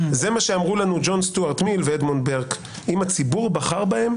זה מה שאמרו לנו ג'ון סטיוארט מיל ואדמונד ברק אם הציבור בחר בהם,